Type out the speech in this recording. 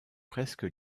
presque